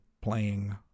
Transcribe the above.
playing